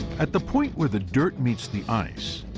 at the point where the dirt meets the ice,